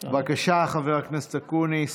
בבקשה, חבר הכנסת אקוניס.